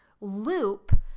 loop